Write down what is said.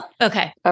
Okay